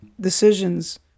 decisions